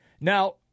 Now